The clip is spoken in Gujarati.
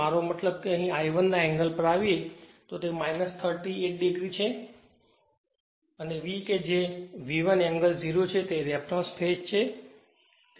મારો મતલબ કે જો અહીં I1 ના એંગલ પર આવેએ તો તે 38 o છે અને V કે જે V 1 એંગલ 0 છે તે રેફેરન્સ ફેજ છે